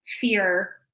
fear